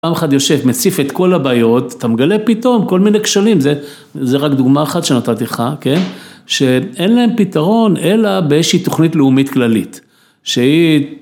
פעם אחת יושב, מציף את כל הבעיות, אתה מגלה פתאום כל מיני כשלים, זה רק דוגמא אחת שנותנתי לך, כן? שאין להם פתרון, אלא באיזושהי תוכנית לאומית כללית.